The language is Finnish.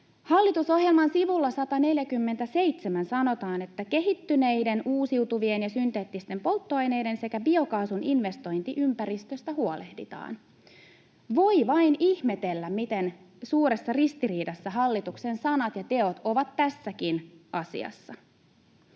Hallitusohjelman sivulla 147 sanotaan, että ”kehittyneiden uusiutuvien ja synteettisten polttoaineiden sekä biokaasun investointiympäristöstä huolehditaan”. Voi vain ihmetellä, miten suuressa ristiriidassa hallituksen sanat ja teot ovat tässäkin asiassa.